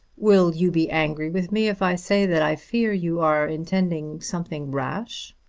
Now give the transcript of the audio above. will you be angry with me if i say that i fear you are intending something rash?